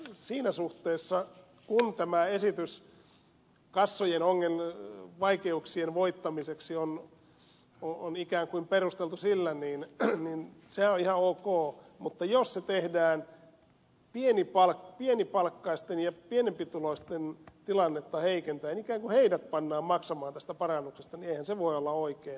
siinä suhteessa kun tämä esitys kassojen vaikeuksien voittamiseksi on ikään kuin perusteltu sillä niin se on ihan ok mutta jos se tehdään pienipalkkaisten ja pienempituloisten tilannetta heikentäen ikään kuin heidät pannaan maksamaan tästä parannuksesta niin eihän se voi olla oikein